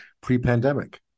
pre-pandemic